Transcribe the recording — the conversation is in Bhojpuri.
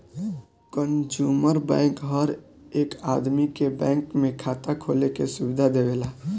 कंज्यूमर बैंक हर एक आदमी के बैंक में खाता खोले के सुविधा देवेला